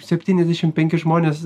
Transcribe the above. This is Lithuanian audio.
septyniasdešimt penki žmonės